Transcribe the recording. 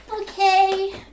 Okay